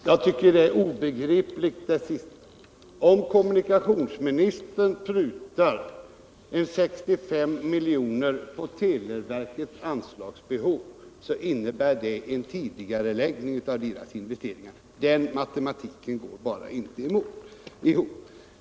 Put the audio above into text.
Herr talman! Det sista påståendet är obegripligt. Kommunikationsministern menar att om han prutar 65 milj.kr. på televerkets anslagsbehov, skulle det innebära tidigareläggning av verkets investeringar. Den matematiken går bara inte ihop!